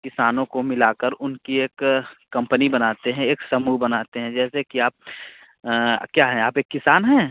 किसानों को मिलाकर उनकी एक कम्पनी बनाते हैं एक समूह बनाते हैं जैसे कि आप क्या हैं आप एक किसान हैं